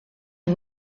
est